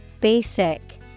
Basic